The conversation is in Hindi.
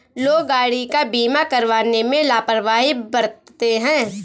लोग गाड़ी का बीमा करवाने में लापरवाही बरतते हैं